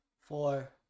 Four